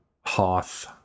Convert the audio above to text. Hoth